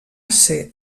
ser